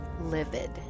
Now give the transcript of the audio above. livid